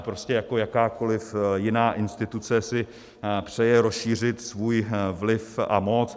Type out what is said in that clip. Prostě jako jakákoliv jiná instituce si přeje rozšířit svůj vliv a moc.